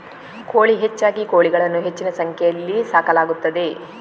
ಕೋಳಿ ಹೆಚ್ಚಾಗಿ ಕೋಳಿಗಳನ್ನು ಹೆಚ್ಚಿನ ಸಂಖ್ಯೆಯಲ್ಲಿ ಸಾಕಲಾಗುತ್ತದೆ